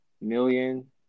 million